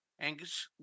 angus